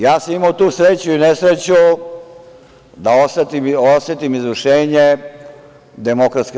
Ja sam imao tu sreću i nesreću da osetim izvršenje DS.